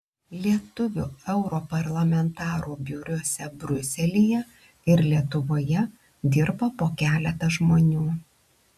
lietuvių europarlamentarų biuruose briuselyje ir lietuvoje dirba po keletą žmonių